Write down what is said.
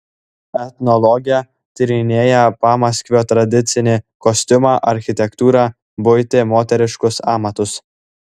etnologė tyrinėja pamaskvio tradicinį kostiumą architektūrą buitį moteriškus amatus